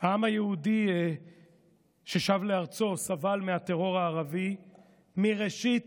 העם היהודי ששב לארצו סבל מהטרור הערבי מראשית